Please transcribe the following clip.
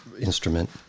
instrument